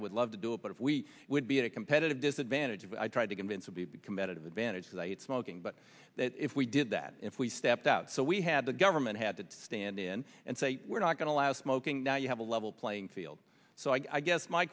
i would love to do it but if we would be at a competitive disadvantage if i tried to convince of the competitive advantage that smoking but that if we did that if we stepped out so we had the government had to stand in and say we're not going to allow smoking now you have a level playing field so i guess my